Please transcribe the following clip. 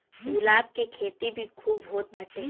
गुलाब के खेती भी खूब होत बाटे